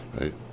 right